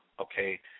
okay